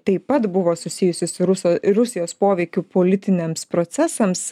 taip pat buvo susijusi su rusų ir rusijos poveikiu politiniams procesams